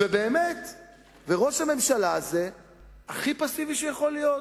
ראש הממשלה הזה הוא הכי פסיבי שיכול להיות.